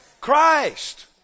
Christ